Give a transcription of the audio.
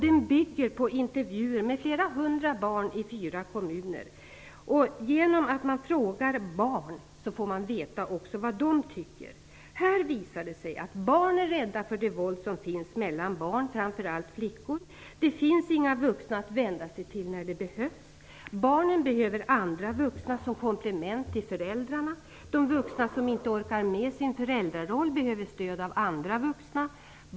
Den bygger på intervjuer med flera hundra barn i fyra kommuner. Genom att man frågar barn får man veta också vad de tycker. Här visar det sig att barn, framför allt flickor, är rädda för det våld som finns mellan barn. Det finns inga vuxna att vända sig till när det behövs. Barnen behöver andra vuxna som komplement till föräldrarna. De vuxna som inte orkar med sin föräldraroll behöver stöd av andra vuxna.